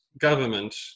government